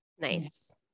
Nice